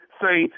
say